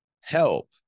Help